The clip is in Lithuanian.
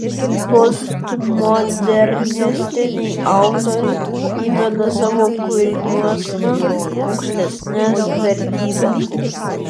postmodernistiniai autoriai įveda savo kūriniuosna aukštesnes vertybes